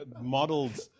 modeled